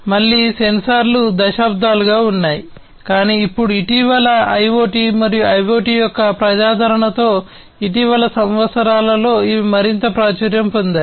మళ్ళీ సెన్సార్లు దశాబ్దాలుగా ఉన్నాయి కానీ ఇప్పుడు ఇటీవల ఐయోటి మరియు ఐయోటి యొక్క ప్రజాదరణతో ఇటీవలి సంవత్సరాలలో అవి మరింత ప్రాచుర్యం పొందాయి